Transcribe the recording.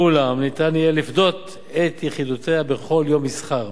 ואולם, ניתן יהיה לפדות את יחידותיה בכל יום מסחר.